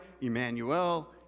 Emmanuel